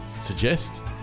suggest